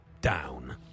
Down